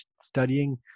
studying